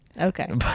okay